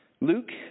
Luke